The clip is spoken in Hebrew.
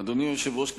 אדוני היושב-ראש,